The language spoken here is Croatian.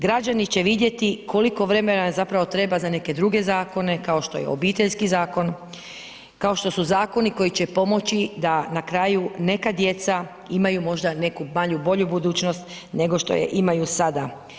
Građani će vidjeti koliko vremena zapravo treba za neke druge zakone kao što je Obiteljski zakon, kao što su zakoni koji će pomoći da na kraju neka djeca imaju možda malo bolju budućnost nego što je imaju sada.